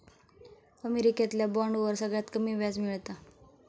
अमेरिकेतल्या बॉन्डवर सगळ्यात कमी व्याज मिळता